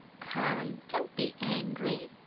come, don't be angry,